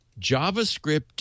JavaScript